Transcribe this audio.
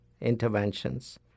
interventions